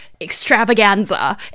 extravaganza